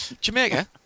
Jamaica